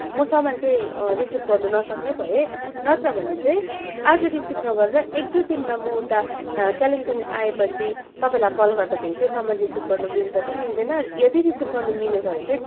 म सामान चाहिँ रिसिभ गर्न नसक्ने भएँ नत्र भने चाहिँ आज रिसिभ नगरेर एक दुईदिनमा म उता कालिम्पोङ आएपछि तपाईँलाई कल गर्दाखेरि त्यो सामान रिसिभ गर्न मिल्छ कि मिल्दैन यदि रिसिभ गर्न मिलेछ भने चाहिँ